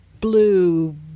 blue